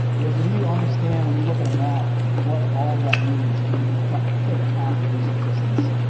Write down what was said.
whereas if you you understand, when you look at a map, what all of that means, and you you can pick pick a path of least resistance.